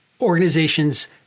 organizations